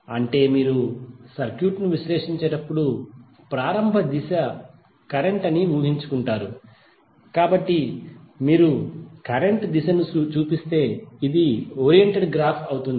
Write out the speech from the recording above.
అంటే మీరు సర్క్యూట్ను విశ్లేషించేటప్పుడు ప్రారంభ దిశ కరెంట్ అని మీరు ఊహించుకుంటారు కాబట్టి మీరు కరెంట్ దిశను చూపిస్తే ఇది ఓరియెంటెడ్ గ్రాఫ్ అవుతుంది